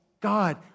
God